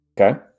Okay